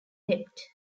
debt